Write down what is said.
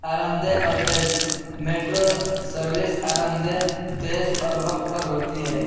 آرامدہ اور تیز میٹرو سروس آرامدہ تیز اور وقت پر ہوتی ہے